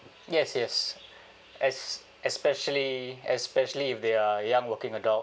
yes yes es~ especially especially if they are young working adults